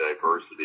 diversity